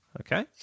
Okay